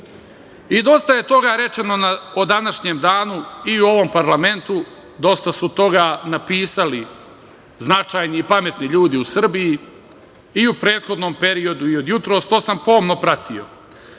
je toga rečeno o današnjem danu i u ovom parlamentu, dosta su toga napisali značajni i pametni ljudi u Srbiji, i u prethodnom periodu i od jutros, to sam pomno pratio,